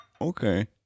Okay